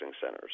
centers